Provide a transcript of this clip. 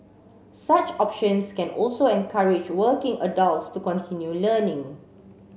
such options can also encourage working adults to continue learning